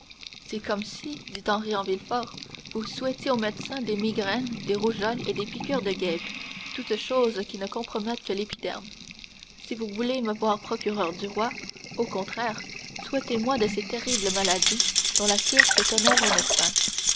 c'est comme si dit en riant villefort vous souhaitiez au médecin des migraines des rougeoles et des piqûres de guêpe toutes choses qui ne compromettent que l'épiderme si vous voulez me voir procureur du roi au contraire souhaitez moi de ces terribles maladies dont la cure fait honneur au médecin